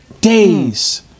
days